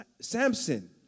Samson